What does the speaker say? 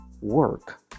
work